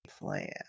plan